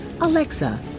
Alexa